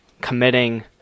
committing